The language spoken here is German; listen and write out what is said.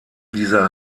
dieser